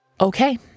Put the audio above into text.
Okay